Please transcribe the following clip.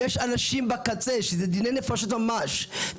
יש אנשים בקצה שזה דיני נפשות ממש,